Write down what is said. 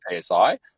psi